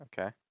Okay